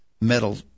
metal